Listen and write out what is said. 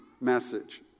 message